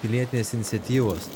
pilietinės iniciatyvos